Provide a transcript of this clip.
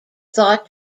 thought